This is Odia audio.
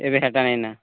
ଏବେ ଏଇଟା ନାହିଁ ନା